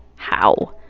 how,